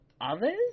others